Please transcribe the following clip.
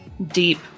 deep